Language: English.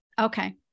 Okay